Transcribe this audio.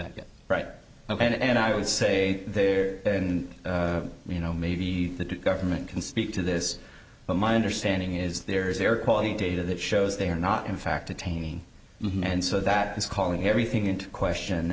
that right and i would say there you know maybe the government can speak to this but my understanding is there is air quality data that shows they are not in fact attaining and so that is calling everything into question